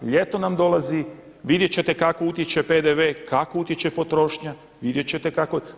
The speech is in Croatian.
Ljeto nam dolazi, vidjet ćete kako utječe PDV, kako utječe potrošnja, vidjet ćete kako.